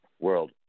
world